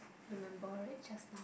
remember it just now